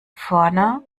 vorne